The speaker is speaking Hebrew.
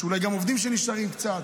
אולי יש גם עובדים שנשארים קצת.